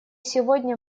сегодня